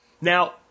Now